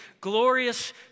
glorious